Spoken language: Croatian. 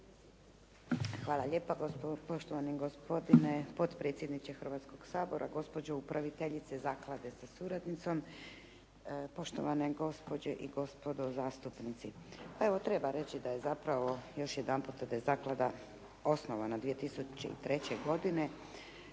Hvala lijepa, poštovani gospodine potpredsjedniče Hrvatskoga Sabora. Gospođo upraviteljice Zaklade sa suradnicom, poštovane gospođe i gospodo zastupnici. Pa evo treba reći da je zapravo, još jedanputa, da je zaklada osnovana 2003. godine,